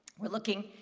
are looking,